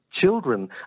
children